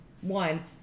one